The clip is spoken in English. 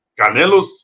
Canelos